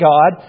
God